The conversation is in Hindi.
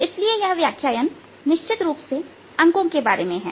इसलिए यह व्याख्यान निश्चित रूप से अंको के बारे में है